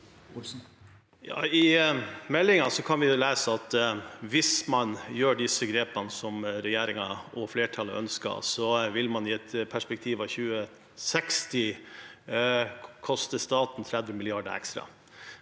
I melding- en kan vi lese at hvis man tar disse grepene som regjeringen og flertallet ønsker, vil det i et 2060-perspektiv koste staten 30 mrd. kr ekstra,